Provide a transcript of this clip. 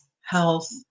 health